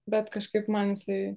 bet kažkaip man jisai